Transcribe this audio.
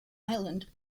island